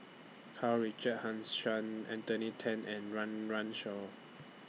Karl Richard Hanitsch Anthony Then and Run Run Shaw